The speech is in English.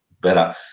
better